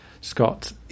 Scott